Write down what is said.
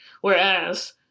Whereas